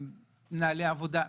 מנהלי עבודה,